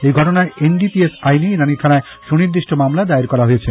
এই ঘটনায় এনডিপিএস আইনে ইরানী থানায় সুনির্দিষ্ট মামলা দায়ের করা হয়েছে